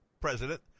president